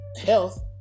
health